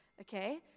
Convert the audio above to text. okay